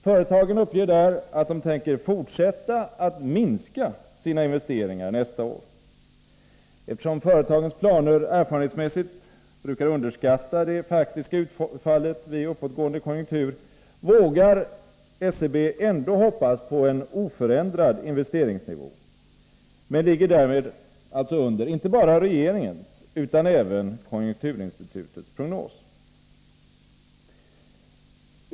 Företagen uppger där att de tänker fortsätta att minska sina investeringar nästa år. Eftersom företagens planer erfarenhetsmässigt brukar underskatta det faktiska utfallet vid uppåtgående konjunktur, vågar SCB ändå hoppas på en oförändrad investeringsnivå, men ligger därmed alltså under inte bara regeringens utan även konjunkturinstitutets prognos.